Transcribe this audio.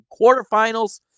quarterfinals